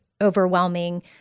overwhelming